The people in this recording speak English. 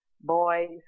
boys